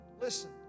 Listen